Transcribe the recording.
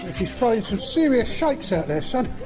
she's throwing some serious shapes out there, son.